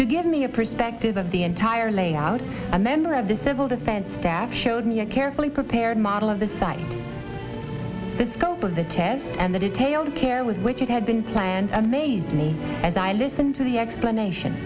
to give me a perspective of the entire layout a member of the civil defense staff showed me a carefully prepared model of the site that scope of the test and the detailed care with which it had been planned and made me as i listen to the explanation